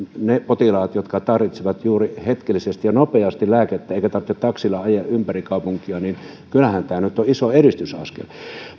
ne potilaat jotka tarvitsevat juuri hetkellisesti ja nopeasti lääkettä eikä tarvitse taksilla ajaa ympäri kaupunkia kyllähän tämä nyt on iso edistysaskel mutta